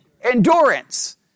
endurance